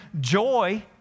joy